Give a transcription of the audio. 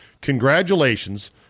Congratulations